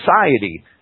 society